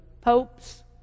popes